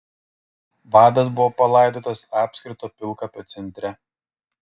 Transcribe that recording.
vadas buvo palaidotas apskrito pilkapio centre